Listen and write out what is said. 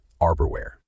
Arborware